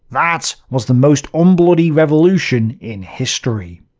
that was the most unbloody revolution in history.